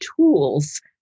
tools